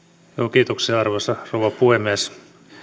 kiitoksia arvoisa rouva puhemies